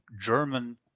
German